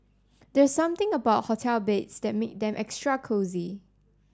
there's something about hotel beds that make them extra cosy